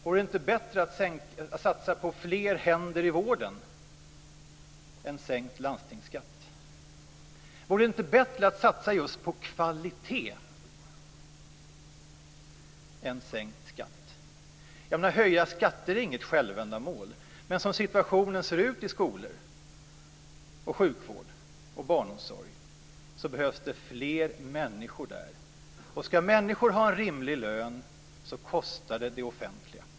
Vore det inte bättre att satsa på fler händer i vården än på sänkt landstingsskatt? Vore det inte bättre att satsa just på kvalitet än på sänkt skatt? Att höja skatter är inget självändamål. Men som situationen ser ut inom skolor, sjukvård och barnomsorg behövs det fler människor där, och ska människor ha rimlig lön kostar det för det offentliga.